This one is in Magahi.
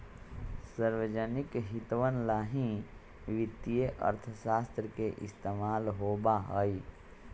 सार्वजनिक हितवन ला ही वित्तीय अर्थशास्त्र के इस्तेमाल होबा हई